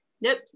Nope